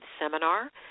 seminar